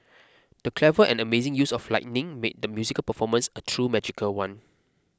the clever and amazing use of lighting made the musical performance a truly magical one